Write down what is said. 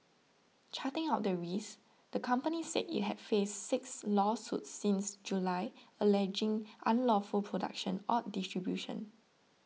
charting out the risks the company said it had faced six lawsuits since July alleging unlawful production or distribution